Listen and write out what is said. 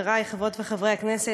חברי חברות וחברי הכנסת,